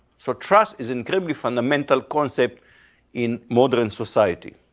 so trust is incredibly fundamental concept in modern society,